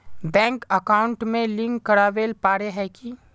Bank account में link करावेल पारे है की?